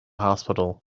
hospital